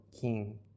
king